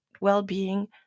well-being